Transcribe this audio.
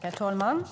Herr talman!